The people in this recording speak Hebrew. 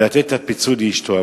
ולתת את הפיצוי לאשתו.